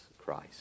Christ